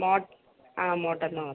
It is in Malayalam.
ആ മോട്ടറിൻ്റ മാത്രം